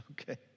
Okay